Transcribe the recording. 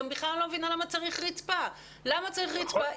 אני בכלל לא מבינה למה צריך רצפה בעניין הזה.